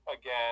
again